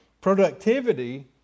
productivity